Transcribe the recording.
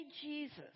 Jesus